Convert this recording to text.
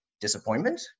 disappointment